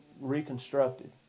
reconstructed